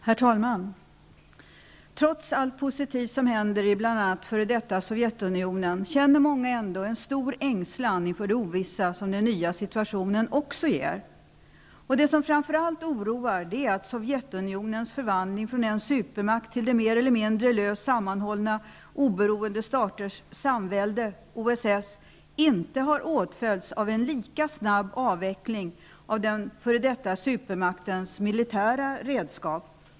Herr talman! Trots allt positivt som händer i f.d. Sovjetunionen känner många en stor ängslan inför det ovissa som den nya situationen medför. Det som framför allt oroar är att Sovjetunionens förvandling från en supermakt till det mer eller mindre löst sammanhållna Oberoende staters samvälde, OSS, inte har åtföljts av en lika snabb avveckling av den f.d. supermaktens militära redskap.